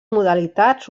modalitats